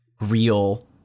real